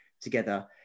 together